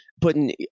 putting